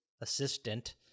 assistant